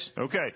Okay